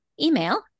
email